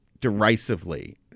derisively